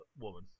woman